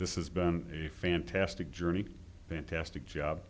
this is been a fantastic journey fantastic job